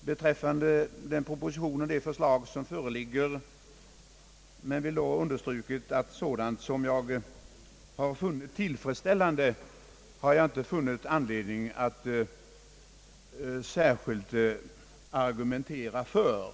beträffande den proposition och det förslag som föreligger, men jag vill då understryka att sådant som jag har funnit tillfredsställande har jag inte funnit anledning att särskilt argumentera för.